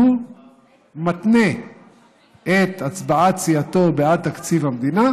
שהוא מתנה את הצבעת סיעתו בעד תקציב המדינה